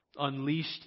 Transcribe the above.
unleashed